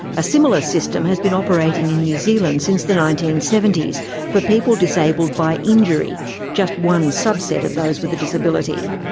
a similar system has been operating in new zealand since the nineteen seventy s for people disabled by injury just one sub-set of those with a disability.